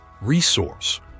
resource